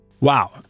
Wow